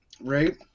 Right